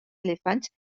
elefants